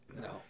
No